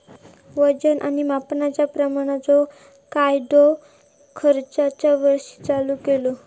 वजन आणि मापांच्या प्रमाणाचो कायदो खयच्या वर्षी चालू केलो?